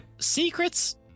secrets